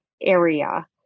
area